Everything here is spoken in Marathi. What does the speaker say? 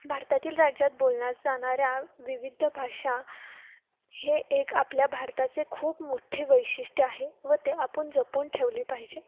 भारतातील राज्यात बोलल्या जाणाऱ्या विविध भाषा हे एक आपल्या भारताचे खूप मोठे वैशिष्ट्य आहे व ते आपण जपून ठेवले पाहिजे